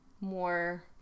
more